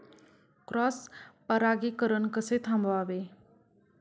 Cross परागीकरण कसे थांबवावे?